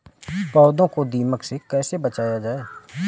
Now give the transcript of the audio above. पौधों को दीमक से कैसे बचाया जाय?